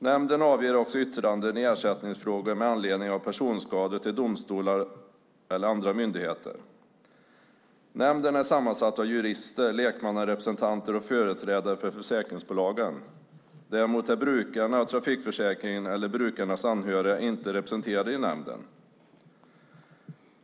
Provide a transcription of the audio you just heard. Nämnden avger också yttranden till domstolar eller andra myndigheter i ersättningsfrågor med anledning av personskador. Nämnden är sammansatt av jurister, lekmannarepresentanter och företrädare för försäkringsbolagen. Däremot är brukarna av trafikförsäkringen eller brukarnas anhöriga inte representerade i nämnden.